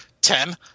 Ten